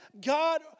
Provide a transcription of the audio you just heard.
God